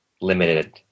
limited